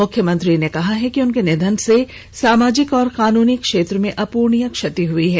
मुख्यमंत्री ने कहा है कि उनके निधन से सामाजिक और कानूनी क्षेत्र में अपूरणीय क्षति हुई है